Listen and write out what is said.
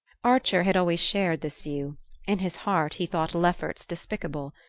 archer had always shared this view in his heart he thought lefferts despicable.